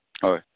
হয়